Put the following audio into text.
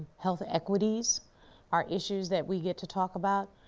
health equities are issues that we get to talk about.